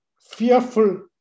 fearful